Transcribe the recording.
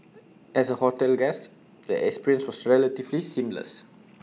as A hotel guest the experience was relatively seamless